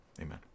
Amen